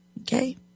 Okay